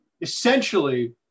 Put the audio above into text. essentially